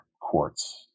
quartz